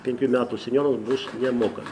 penkių metų senjorams bus nemoka